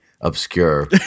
obscure